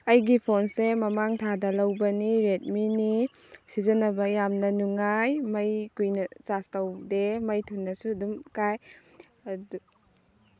ꯑꯩꯒꯤ ꯐꯣꯟꯁꯦ ꯃꯃꯥꯡ ꯊꯥꯗ ꯂꯧꯕꯅꯤ ꯔꯦꯗꯃꯤꯅꯤ ꯁꯤꯖꯤꯟꯅꯕ ꯌꯥꯝꯅ ꯅꯨꯡꯉꯥꯏ ꯃꯩ ꯀꯨꯏꯅ ꯆꯥꯔꯁ ꯇꯧꯗꯦ ꯃꯩ ꯊꯨꯅꯁꯨ ꯑꯗꯨꯝ ꯀꯥꯏ ꯑꯗꯨ